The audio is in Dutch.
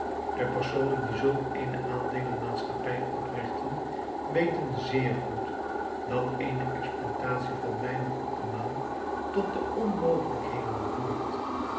de personen die zulk eene aandeelen maatschappij oprichten weten zeer goed dat eene exploitatie van mijnen op de maan tot de onmogelijkheden behoort